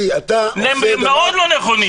מאוד לא נכונים.